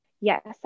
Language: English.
yes